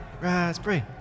raspberry